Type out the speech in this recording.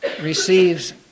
receives